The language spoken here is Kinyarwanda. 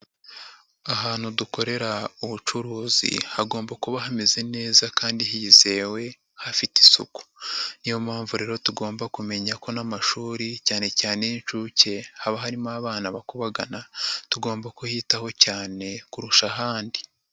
Ahantu dukorera ubucuruzi hagomba kuba hameze neza kandi hizewe hafite isuku, ni yo mpamvu rero tugomba kumenya ko n'amashuri cyane cyane y'inshuke haba harimo abana bakubagana tugomba kuyitaho cyane kurusha ahandi.